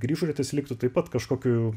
grįžratis liktų taip pat kažkokiu